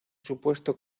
supuesto